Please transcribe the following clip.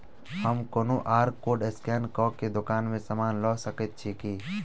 हम QR code scan कऽ केँ दुकान मे समान लऽ सकैत छी की?